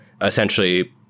essentially